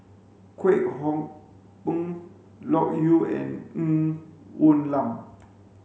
Kwek Hong Png Loke Yew and Ng Woon Lam